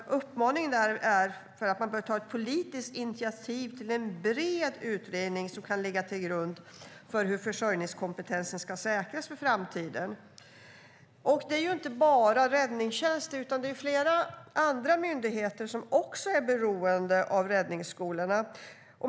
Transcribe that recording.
Uppmaningen är att man bör ta ett politiskt initiativ till en bred utredning som kan ligga till grund för hur försörjningskompetensen ska säkras inför framtiden. Det är inte bara räddningstjänsten som är beroende av räddningsskolorna utan även flera andra myndigheter.